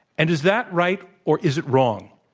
and is that right or is it wrong?